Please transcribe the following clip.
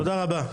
תודה רבה.